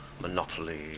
Monopoly